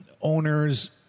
owners